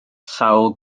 sawl